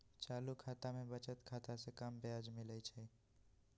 चालू खता में बचत खता से कम ब्याज मिलइ छइ